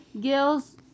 girls